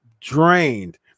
drained